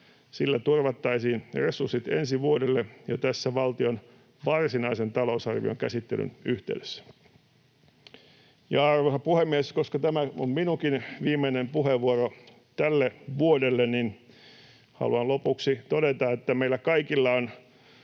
Sillä turvattaisiin resurssit ensi vuodelle jo tässä valtion varsinaisen talousarvion käsittelyn yhteydessä. Arvoisa puhemies! Koska tämä on minunkin viimeinen puheenvuoro tälle vuodelle, niin haluan lopuksi todeta, että meillä kaikilla on